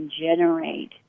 generate